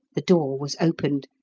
the door was opened,